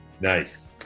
Nice